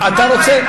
אתה רוצה,